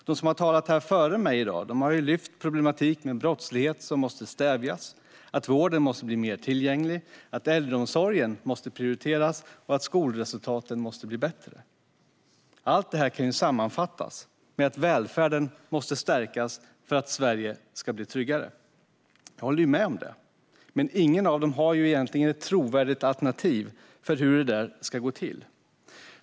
De som har talat före mig har lyft fram att brottsligheten måste stävjas, att vården måste bli mer tillgänglig, att äldreomsorgen måste prioriteras och att skolresultaten måste förbättras. Allt detta kan sammanfattas med att välfärden måste stärkas för att Sverige ska bli tryggare. Jag håller med. Men ingen av dem har något trovärdigt alternativ för hur det ska gå till.